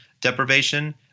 deprivation